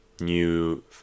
new